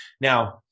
Now